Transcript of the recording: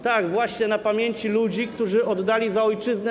Tak, właśnie na pamięci ludzi, którzy oddali życie za ojczyznę.